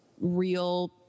real